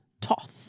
Toth